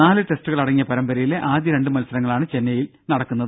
നാല് ടെസ്റ്റുകൾ അടങ്ങിയ പരമ്പരയിലെ ആദ്യ രണ്ട് മത്സരങ്ങളാണ് ചെന്നൈയിൽ നടക്കുന്നത്